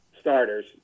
starters